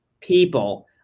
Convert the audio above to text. people